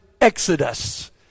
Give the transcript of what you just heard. exodus